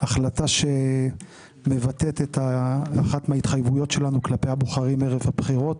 החלטת שמבטאת את אחת ההתחייבויות שלנו כלפי הבוחרים ערב הבחירות.